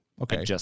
Okay